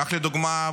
כך לדוגמה,